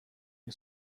این